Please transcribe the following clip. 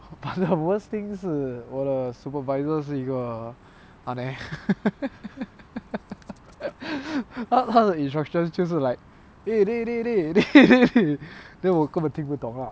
but the worst thing 是我的 supervisor 是一个 ah neh 他他的 instructors 就是 like dey dey dey dey dey then 我根本听不懂 lah